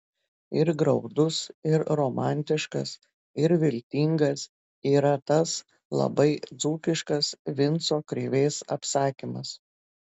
ir graudus ir romantiškas ir viltingas yra tas labai dzūkiškas vinco krėvės apsakymas